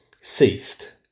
ceased